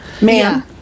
Ma'am